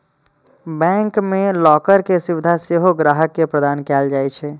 bank मे locker के सुविधा सेहो ग्राहक के प्रदान कैल जाइ छै